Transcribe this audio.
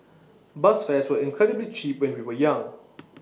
bus fares were incredibly cheap when we were young